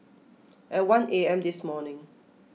at one A M this morning